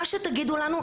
מה שתגידו לנו,